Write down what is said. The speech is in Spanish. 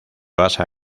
basa